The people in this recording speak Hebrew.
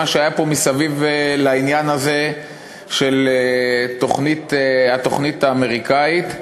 שהיה פה מסביב לעניין הזה של התוכנית האמריקנית.